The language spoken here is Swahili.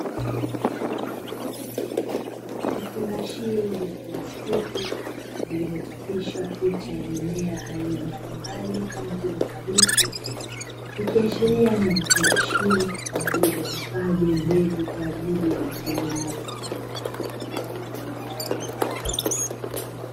Kufunga shengu vya plastiki vilivyochapishwa picha ya mimea kama vile kabichi, ikiashiria ni vifungashio vilivyohifadhi mbegu kwa ajili ya kilimo.